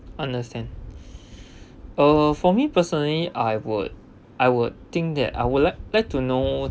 understand uh for me personally I would I would think that I would like like to know